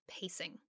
pacing